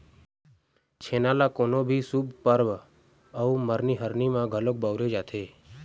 छेना ल कोनो भी शुभ परब अउ मरनी हरनी म घलोक बउरे जाथे